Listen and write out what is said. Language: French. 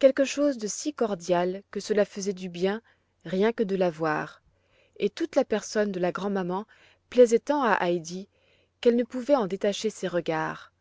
quelque chose de si cordial que cela faisait du bien rien que de la voir et toute la personne de la grand'maman plaisait tant à heidi qu'elle ne pouvait en détacher ses regards